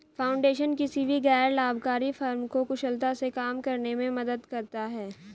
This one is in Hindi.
फाउंडेशन किसी भी गैर लाभकारी फर्म को कुशलता से काम करने में मदद करता हैं